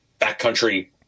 backcountry